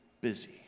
busy